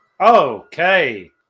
Okay